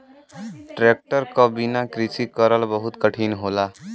tractor क बिना कृषि करल बहुत कठिन होला